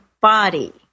body